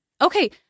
Okay